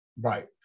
Right